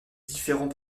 différents